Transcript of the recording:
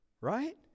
Right